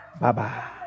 Bye-bye